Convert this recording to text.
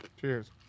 Cheers